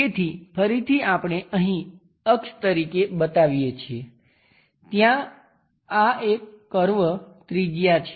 તેથી ફરીથી આપણે અહીં અક્ષ તરીકે બતાવીએ છીએ ત્યાં આ એક કર્વ ત્રિજ્યા છે